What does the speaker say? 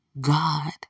God